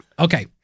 Okay